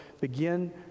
begin